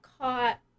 caught